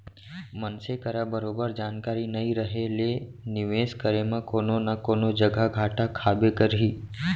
मनसे करा बरोबर जानकारी नइ रहें ले निवेस करे म कोनो न कोनो जघा घाटा खाबे करही